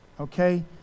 okay